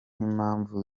n’impamvu